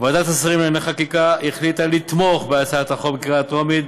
ועדת השרים לענייני חקיקה החליטה לתמוך בהצעת החוק בקריאה הטרומית,